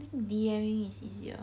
D_M-ing is easier